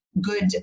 good